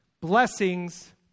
Blessings